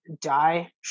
die